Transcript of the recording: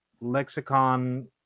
lexicon